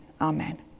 Amen